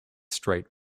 strait